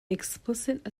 explicit